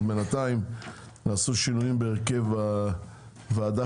בינתיים נעשו שינויים בהרכב הוועדה